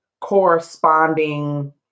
corresponding